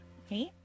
okay